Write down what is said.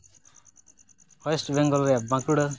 west Bengal ᱨᱮᱭᱟᱜ ᱵᱟᱸᱠᱩᱲᱟ